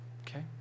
Okay